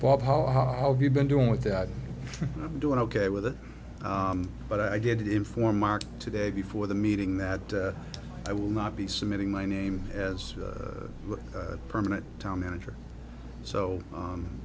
bob how have you been doing with that i'm doing ok with it but i did it for mark today before the meeting that i will not be submitting my name as a permanent town manager